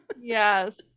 Yes